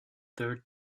third